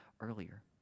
earlier